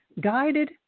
guided